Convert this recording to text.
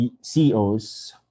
CEOs